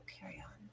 carry-on